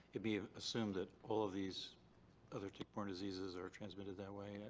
it be assumed that all of these other tick-borne diseases are transmitted that way.